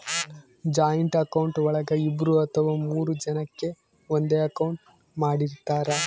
joint account ಒಳಗ ಇಬ್ರು ಅಥವಾ ಮೂರು ಜನಕೆ ಒಂದೇ ಅಕೌಂಟ್ ಮಾಡಿರ್ತರಾ